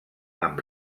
amb